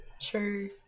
true